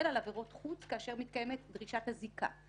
על עבירות חוץ כאשר מתקיימת דרישת הזיקה,